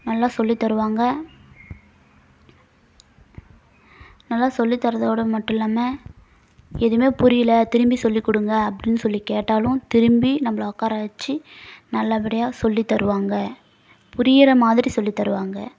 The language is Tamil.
நல்லா சொல்லித் தருவாங்க நல்லா சொல்லித் தரதோடு மட்டும் இல்லாமல் எதுவுமே புரியலை திரும்பி சொல்லிக் கொடுங்க அப்படின்னு சொல்லிக் கேட்டாலும் திரும்பி நம்பளை உட்கார வெச்சு நல்லபடியாக சொல்லித் தருவாங்க புரியற மாதிரி சொல்லித் தருவாங்க